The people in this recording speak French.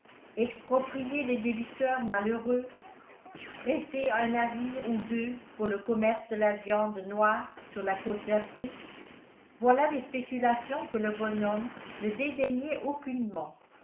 exproprier les débiteurs malheureux fréter un navire ou deux pour le commerce de la viande noire sur la côte d'afrique voilà des spéculations que le bonhomme ne dédaignait aucunement